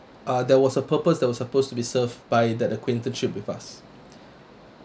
uh there was a purpose that was supposed to be served by that acquaintanceship with us